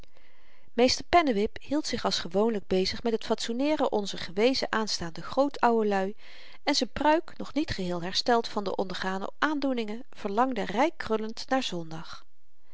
meester pennewip hield zich als gewoonlyk bezig met het fatsoeneeren onzer gewezen aanstaande groot ouwelui en z'n pruik nog niet geheel hersteld van de ondergane aandoeningen verlangde reikkrullend naar zondag